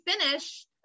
finish